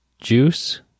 juice